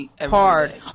hard